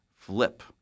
flip